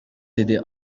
деди